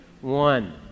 one